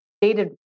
dated